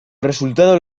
resultado